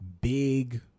big